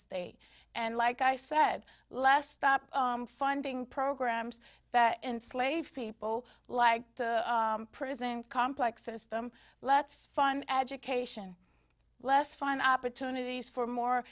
state and like i said last stop funding programs that enslave people like prison complex system let's fund education less find opportunities for more